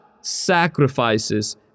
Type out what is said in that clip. sacrifices